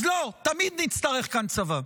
אז לא, תמיד נצטרך כאן צבא.